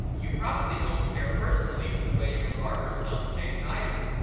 you probably don't care personally for the way your barber's thumb tastes either,